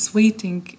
waiting